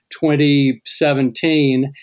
2017